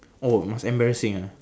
oh must embarrassing ah